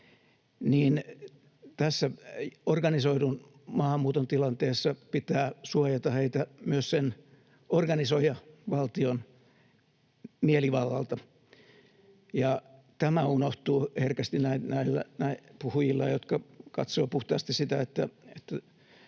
niin tässä organisoidun maahanmuuton tilanteessa pitää suojata heitä myös sen organisoijavaltion mielivallalta, ja tämä unohtuu herkästi näillä puhujilla, jotka katsovat puhtaasti sitä, että